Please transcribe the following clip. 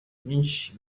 nyinshi